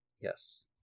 yes